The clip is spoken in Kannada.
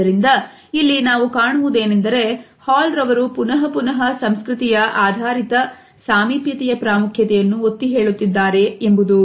ಆದ್ದರಿಂದ ಇಲ್ಲಿ ನಾವು ಕಾಣುವುದು ಏನೆಂದರೆ ಹಾಲ್ ರವರು ಪುನಹ ಪುನಹ ಸಂಸ್ಕೃತಿಯ ಆಧಾರಿತ ಸಾಮಿಪ್ಯ ತೆಯ ಪ್ರಾಮುಖ್ಯತೆಯನ್ನು ಒತ್ತಿ ಹೇಳುತ್ತಿದ್ದಾರೆ ಎಂಬುದು